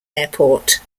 airport